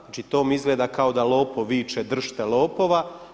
Znači to mi izgleda kao da lopov viče drž te lopova.